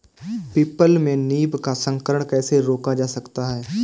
People में नीम का संकरण कैसे रोका जा सकता है?